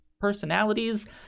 personalities